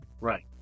Right